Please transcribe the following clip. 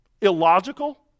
illogical